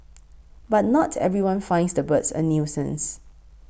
but not everyone finds the birds a nuisance